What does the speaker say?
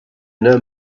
know